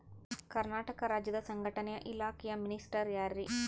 ಕರ್ನಾಟಕ ರಾಜ್ಯದ ಸಂಘಟನೆ ಇಲಾಖೆಯ ಮಿನಿಸ್ಟರ್ ಯಾರ್ರಿ?